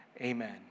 amen